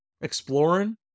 exploring